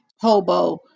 hobo